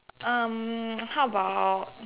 um how about